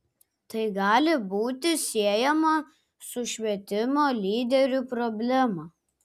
tai gali būti siejama su švietimo lyderių problema